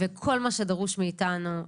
כל מה שדרוש מאיתנו,